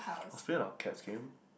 I was playing a lot of cats game